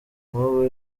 nk’ubu